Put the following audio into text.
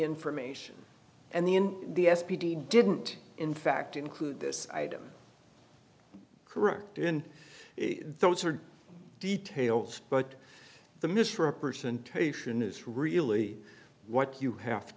information and the and the s p d didn't in fact include this item correct in those are details but the misrepresentation is really what you have